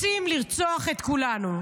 רוצים לרצוח את כולנו.